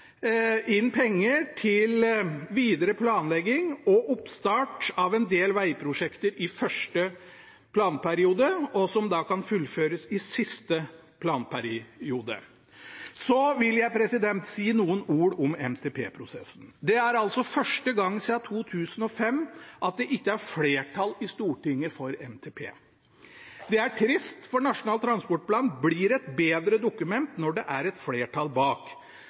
inn penger til videre planlegging og oppstart av en del vegprosjekter i første planperiode, som da kan fullføres i siste planperiode. Så vil jeg si noen ord om NTP-prosessen. Det er første gang siden 2005 at det ikke er flertall i Stortinget for NTP. Det er trist, for Nasjonal transportplan blir et bedre dokument når det er et flertall bak.